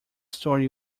story